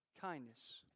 kindness